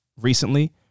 recently